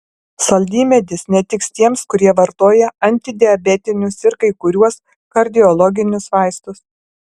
saldymedis netiks tiems kurie vartoja antidiabetinius ir kai kuriuos kardiologinius vaistus